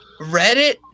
Reddit